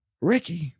Ricky